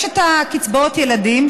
יש את קצבאות הילדים,